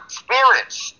spirits